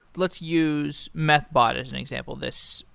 let's use methbot as an example, this,